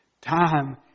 Time